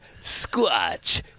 Squatch